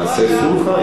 נעשה סולחה?